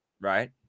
right